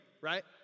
right